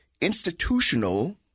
institutional